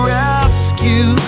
rescue